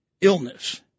illness